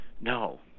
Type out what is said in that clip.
no